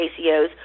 ACOs